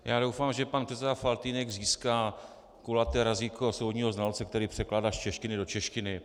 Já doufám, že pan předseda Faltýnek získá kulaté razítko soudního znalce, kterým překládá z češtiny do češtiny.